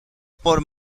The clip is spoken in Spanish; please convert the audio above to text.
por